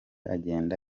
agenda